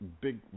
big